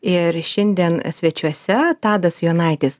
ir šiandien svečiuose tadas jonaitis